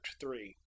Three